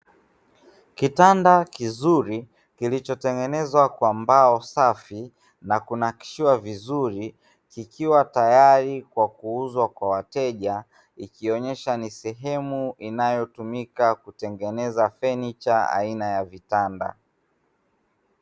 Kitanda kizuri kikichotengenezwa kwa mbao safi na kunakishiwa vizuri, kikiwa tayari kwa kuuzwa kwa wateja; ikionesha ni sehemu inayotumika kutengeneza fanicha aina ya vitanda.